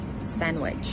sandwich